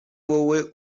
wowe